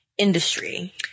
industry